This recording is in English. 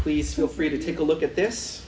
please feel free to take a look at this